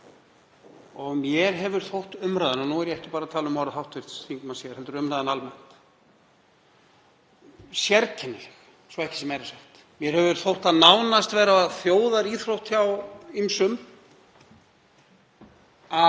Mér hefur þótt umræðan, og nú er ég ekki bara að tala um orð hv. þingmanns hér heldur umræðuna almennt, sérkennileg svo ekki sé meira sagt. Mér hefur þótt það nánast vera þjóðaríþrótt hjá ýmsum að